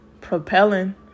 propelling